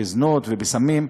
בזנות ובסמים,